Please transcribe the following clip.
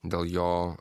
dėl jo